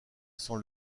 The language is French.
sans